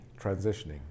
transitioning